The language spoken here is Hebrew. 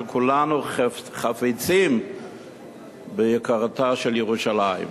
וכולנו חפצים ביקרה של ירושלים.